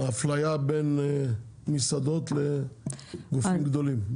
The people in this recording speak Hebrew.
האפליה בין מסעדות לגופים גדולים,